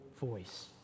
voice